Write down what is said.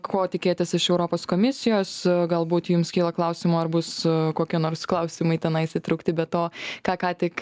ko tikėtis iš europos komisijos galbūt jums kyla klausimų ar bus su kokie nors klausimai tenais įtraukti be to ką ką tik